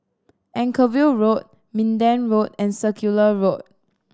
Anchorvale Road Minden Road and Circular Road